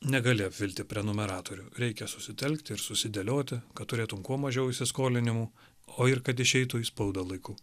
negali apvilti prenumeratorių reikia susitelkti ir susidėlioti kad turėtum kuo mažiau įsiskolinimų o ir kad išeitų į spaudą laiku